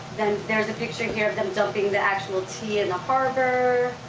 then there's a picture here of them dumping the actual tea in the harbor.